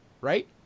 right